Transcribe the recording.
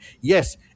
Yes